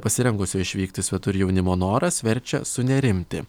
pasirengusių išvykti svetur jaunimo noras verčia sunerimti